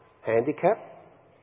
Handicap